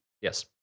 Yes